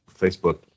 facebook